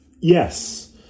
Yes